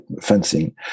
fencing